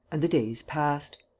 and the days passed.